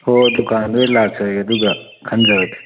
ꯍꯣꯍꯣꯏ ꯗꯨꯀꯥꯟꯗ ꯑꯣꯏꯅ ꯂꯥꯛꯆꯔꯒꯦ ꯑꯗꯨꯒ ꯈꯟꯖꯔꯒꯦ